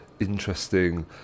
interesting